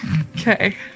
Okay